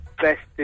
best